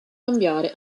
cambiare